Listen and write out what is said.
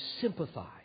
sympathize